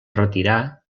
retirà